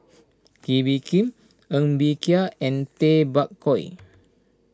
Kee Bee Khim Ng Bee Kia and Tay Bak Koi